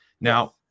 Now